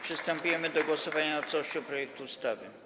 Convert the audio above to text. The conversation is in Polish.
Przystępujemy do głosowania nad całością projektu ustawy.